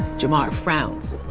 jamara frowns.